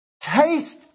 taste